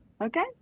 Okay